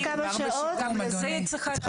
כמה שעות --- גם לזה היא צריכה להסכים.